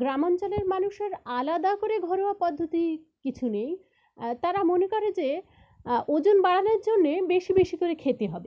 গ্রামাঞ্চলের মানুষের আলাদা করে ঘরোয়া পদ্ধতি কিছু নেই তারা মনে করে যে ওজন বাড়ানোর জন্যে বেশি বেশি করে খেতে হবে